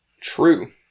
True